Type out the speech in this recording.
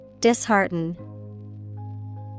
dishearten